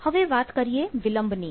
હવે વાત કરીએ વિલંબની